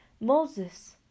Moses